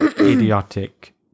idiotic